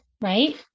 right